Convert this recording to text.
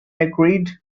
agreed